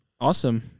Awesome